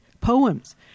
poems